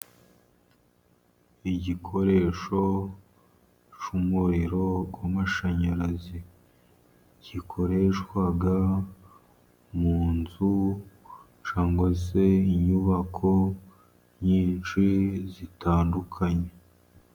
Igikoresho cy'umuriro ku mashanyarazi, gikoreshwa muzu cyangwa se inyubako nyinshi zitandukanye.